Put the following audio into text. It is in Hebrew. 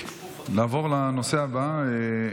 נעבור לנושא הבא,